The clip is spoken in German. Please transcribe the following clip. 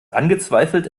angezweifelt